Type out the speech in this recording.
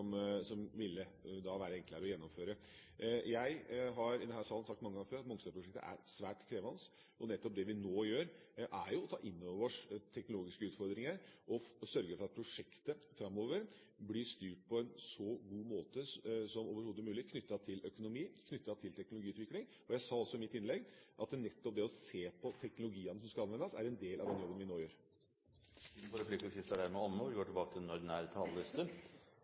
løsninger som ville være enklere å gjennomføre. Jeg har sagt mange ganger før i denne salen at Mongstad-prosjektet er svært krevende, og nettopp det vi nå gjør, er å ta inn over oss teknologiske utfordringer og sørge for at prosjektet framover blir styrt på en så god måte som overhodet mulig, knyttet til økonomi og teknologiutvikling. Jeg sa også i mitt innlegg at nettopp det å se på teknologien som skal anvendes, er en del av den jobben vi nå gjør. Replikkordskiftet er dermed omme.